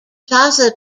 plaza